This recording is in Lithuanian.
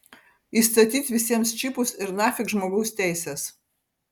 įstatyt visiems čipus ir nafik žmogaus teisės